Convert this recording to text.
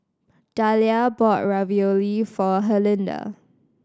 Dahlia bought Ravioli for Herlinda